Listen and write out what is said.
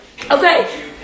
Okay